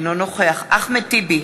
אינו נוכח אחמד טיבי,